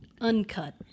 Uncut